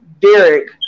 Derek